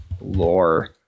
lore